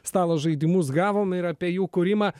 stalo žaidimus gavom ir apie jų kūrimą